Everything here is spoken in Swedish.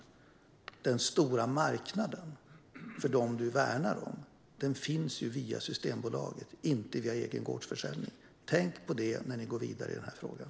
Jag vill bara säga till dig: Den stora marknaden för dem du värnar finns via Systembolaget, inte via egen gårdsförsäljning. Tänk på det när ni går vidare i frågan!